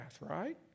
right